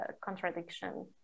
contradiction